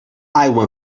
aigua